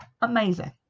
amazing